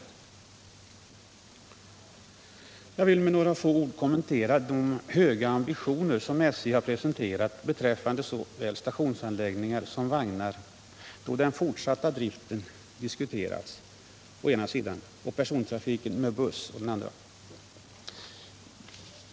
Jag vill med några ord kommentera de höga ambitioner som SJ har presenterat beträffande såväl stationsanläggningar som vagnar då man diskuterat den fortsatta driften å ena sidan och persontrafik med bussar å den andra.